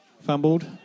fumbled